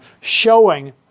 showing